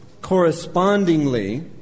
correspondingly